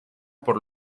por